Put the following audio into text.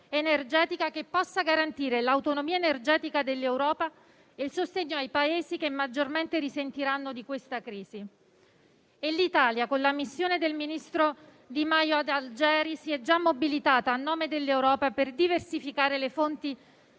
energetica, che possa garantire l'autonomia energetica dell'Europa e il sostegno ai Paesi che maggiormente risentiranno di questa crisi. Con la missione del ministro Di Maio ad Algeri, l'Italia si è già mobilitata, a nome dell'Europa, per diversificare le fonti